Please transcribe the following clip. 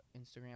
Instagram